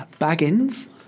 Baggins